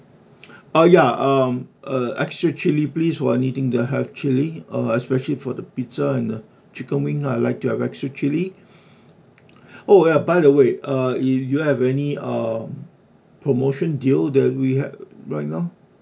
uh ya um uh extra chilli please for anything that have chilli uh especially for the pizza and chicken wing I'd like to have extra chilli oh ya by the way uh E do you have any um promotion deal that we have right now